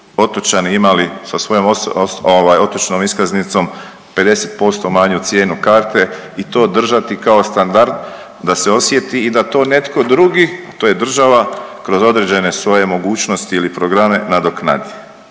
otočani imali sa svojom ovaj otočnom iskaznicom 50% manju cijenu karte i to držati kao standard da se osjeti i da to netko drugi, a to je država, kroz određene svoje mogućnosti ili programe nadoknadi.